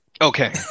Okay